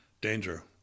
danger